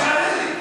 אז שיענה לי.